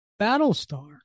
Battlestar